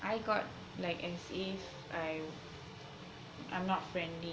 I got like as if I I'm not friendly